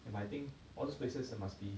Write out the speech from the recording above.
and I think all these places there must be